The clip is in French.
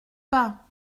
pas